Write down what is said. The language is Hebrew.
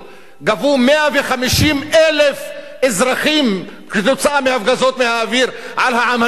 גבו 150,000 אזרחים בהפגזות מהאוויר על העם הלובי.